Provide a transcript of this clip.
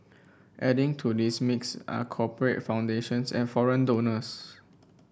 adding to this mix are corporate foundations and foreign donors